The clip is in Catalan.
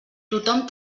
tothom